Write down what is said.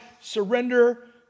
surrender